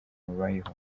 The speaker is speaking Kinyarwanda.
babayeho